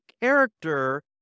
character